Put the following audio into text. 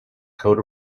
coat